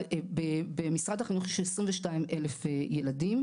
במשרד החינוך יש 22 אלף ילדים,